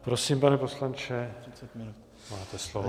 Prosím, pane poslanče, máte slovo.